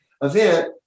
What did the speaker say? event